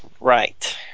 Right